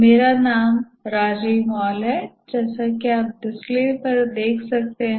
मेरा नाम राजीब मॉल है जैसा कि आप डिस्प्ले पर देख सकते हैं